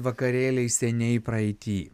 eurovizijos vakarėliai seniai praeity